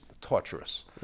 torturous